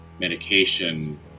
medication